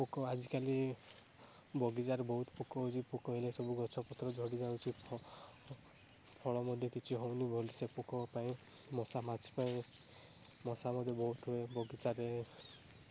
ପୋକ ଆଜିକାଲି ବଗିଚାରେ ବହୁତ ପୋକ ହେଉଛି ପୋକ ହେଲେ ସବୁ ଗଛ ପତ୍ର ଝଡ଼ି ଯାଉଛି ଫଳ ମଧ୍ୟ କିଛି ହେଉନି ଭଲସେ ପୋକ ପାଇଁ ମଶା ମାଛି ପାଇଁ ମଶା ମଧ୍ୟ ବହୁତ ବଗିଚାରେ